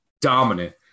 dominant